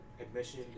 admission